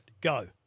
go